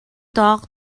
talk